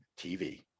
TV